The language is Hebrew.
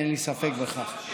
אין לי ספק בכך.